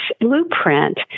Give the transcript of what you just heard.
blueprint